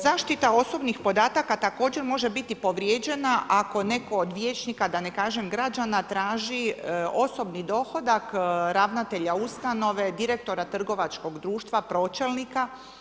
Zaštita osobnih podataka također može biti povrijeđena ako netko od vijećnika, da ne kažem građana traži osobni dohodak ravnatelja ustanove, direktora trgovačkog društva, pročelnika.